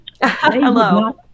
hello